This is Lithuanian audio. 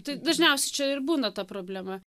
tai dažniausiai čia ir būna ta problema